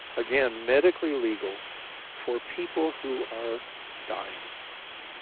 again, medically legal for people who are dying.